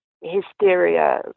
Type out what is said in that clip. hysteria